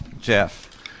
Jeff